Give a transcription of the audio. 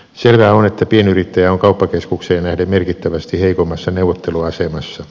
selvää on että pienyrittäjä on kauppakeskukseen nähden merkittävästi heikommassa neuvotteluasemassa